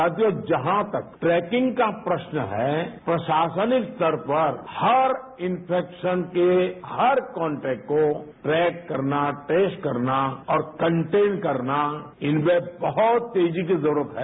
साथियों जहां तक ट्रेकिंग का प्रश्न है प्रशासनिक स्तर पर हर इन्फेक्शन के हर कॉन्टेक्ट को ट्रैक करना टेस्ट करना और कंटेन करना इन पर बहुत तेजी की जरूरत है